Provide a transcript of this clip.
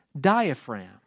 diaphragm